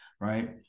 right